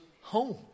home